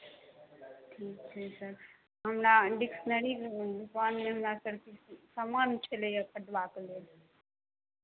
ठीक छै सर हमरा डिक्शनरी दोकानमे हमरा सर किछु समान छलैए खरीदबाक लेल